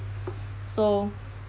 so